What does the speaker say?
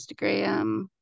instagram